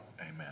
Amen